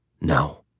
No